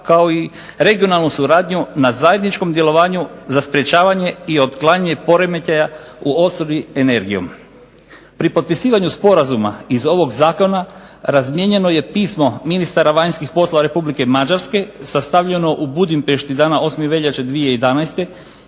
kao i regionalnu suradnju na zajedničkom djelovanju za sprječavanje i otklanjanje poremećaja u opskrbi energijom. Pri potpisivanju sporazuma iz ovog Zakona razmijenjeno je pismo ministara vanjskih poslova Republike Mađarske sastavljeno u Budimpešti dana 8. veljače 2011.